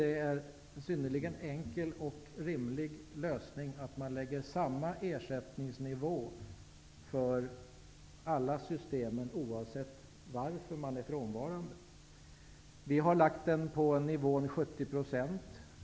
Det är en synnerligen enkel och rimlig lösning att man har samma ersättningsnivå för alla system oavsett anledningen till frånvaron. Vi har lagt ersättningsnivån på 70 %.